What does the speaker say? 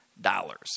dollars